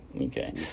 Okay